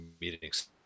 meetings